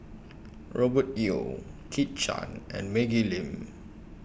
Robert Yeo Kit Chan and Maggie Lim